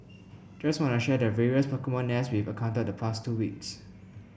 just wanna share the various Pokemon nests we encountered the past two weeks